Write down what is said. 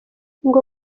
ngo